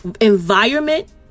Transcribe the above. environment